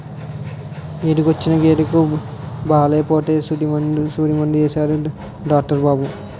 ఎదకొచ్చిన గేదెకి బాలేపోతే సూదిమందు యేసాడు డాట్రు బాబు